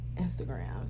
instagram